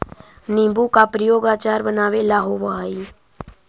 नींबू का प्रयोग अचार बनावे ला होवअ हई